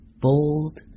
Bold